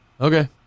Okay